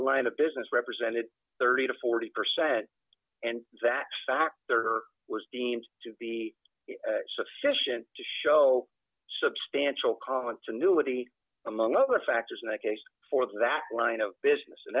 line the business represented thirty to forty percent and that stock was deemed to be sufficient to show substantial continuity among other factors and a case for that line of business and